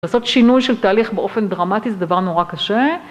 לעשות שינוי של תהליך באופן דרמטי זה דבר נורא קשה.